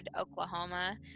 Oklahoma